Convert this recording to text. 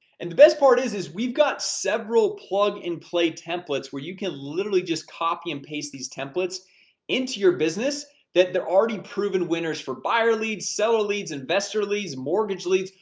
and the best part is is we've got several plug and play templates where you can literally just copy and paste these templates into your business that they're already proven winners for buyer leads, seller leads, investor leads, mortgage leads,